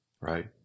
right